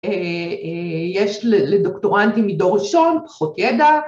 יש לדוקטורנטים מדור ראשון פחות ידע